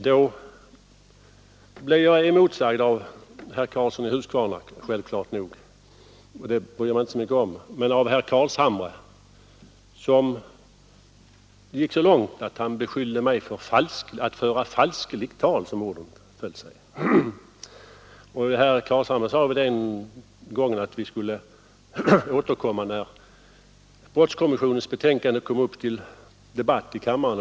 Jag blev emellertid emotsagd av herr Karlsson i Huskvarna, självklart nog, och det bryr jag mig inte så mycket om. Men jag blev också emotsagd av herr Carlshamre, som gick så långt att han beskyllde mig för att föra falskeligt tal — så föll orden. Herr Carlshamre sade den gången att vi skulle återkomma när brottskommissionens betänkande togs upp till debatt i kammaren.